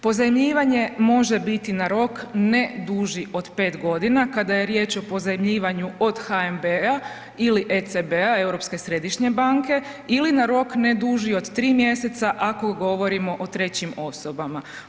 Pozajmljivanje može biti na rok ne duži od 5.g. kada je riječ o pozajmljivanju od HNB-a ili ECB-a Europske središnje banke ili na rok ne duži od 3 mjeseca ako govorimo o trećim osobama.